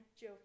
Joe